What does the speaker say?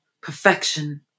perfection